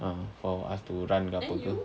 ah for us to run ke apa ke